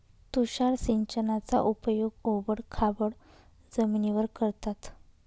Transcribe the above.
तुषार सिंचनाचा उपयोग ओबड खाबड जमिनीवर करतात